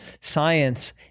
science